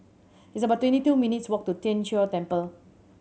it's about twenty two minutes' walk to Tien Chor Temple